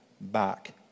back